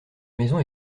maison